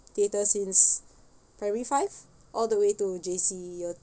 theatre since primary five all the way to J_C year